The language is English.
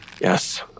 Yes